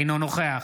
אינו נוכח